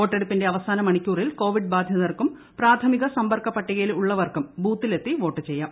വോട്ടെടുപ്പിന്റെ അവസാന മണിക്കൂറിൽ കോവിഡ് ബാധിതർക്കും പ്രാഥമിക സമ്പർക്ക പട്ടികയിൽ ഉള്ളവർക്കും ബൂത്തിലെത്തി വോട്ട് ചെയ്യാം